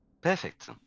Perfect